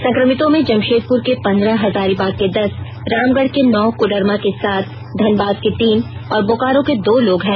संक्रमितों में जमशेदपुर के पंद्रह हजारीबाग के दस रामगढ़ के नौ कोडरमा के सात धनबाद के तीन और बोकारो के दो लोग हैं